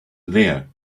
there